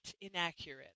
inaccurate